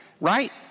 right